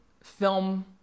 film